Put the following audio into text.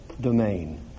domain